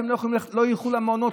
שלא ילכו למעונות,